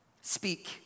Speak